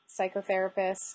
psychotherapist